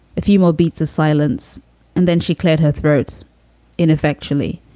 a few more bits of silence and then she cleared her throat ineffectually,